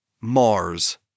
Mars